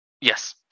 Yes